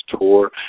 tour